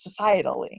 societally